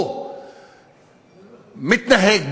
הוא מתנהג בסלחנות,